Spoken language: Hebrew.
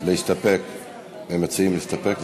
הם מציעים להסתפק.